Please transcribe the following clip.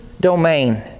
domain